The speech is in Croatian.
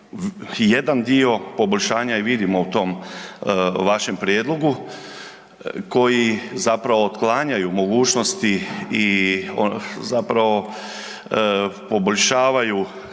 Jedan dio poboljšanja i vidimo u tom vašem prijedlogu koji zapravo otklanjaju mogućnosti i zapravo poboljšavaju